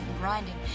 grinding